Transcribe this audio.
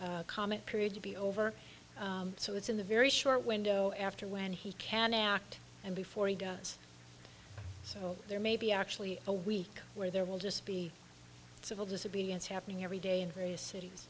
comment period to be over so it's in the very short window after when he can act and before he does so there may be actually a week where there will just be civil disobedience happening every day in various cities